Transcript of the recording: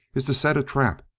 is to set a trap,